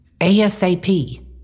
ASAP